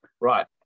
Right